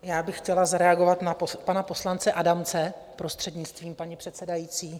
Já bych chtěla zareagovat na pana poslance Adamce, prostřednictvím paní předsedající.